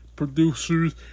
Producers